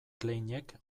kleinek